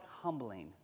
humbling